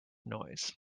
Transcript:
noise